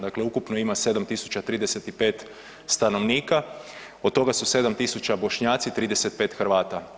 Dakle, ukupno ima 7035 stanovnika, od toga su 7000 Bošnjaci, 35 Hrvata.